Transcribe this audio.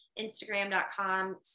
instagram.com